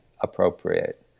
appropriate